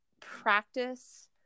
practice